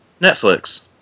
Netflix